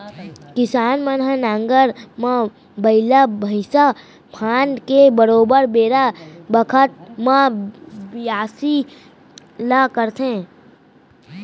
किसान मन ह नांगर म बइला भईंसा फांद के बरोबर बेरा बखत म बियासी ल करथे